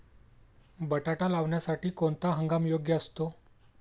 बटाटा लावण्यासाठी कोणता हंगाम योग्य असतो?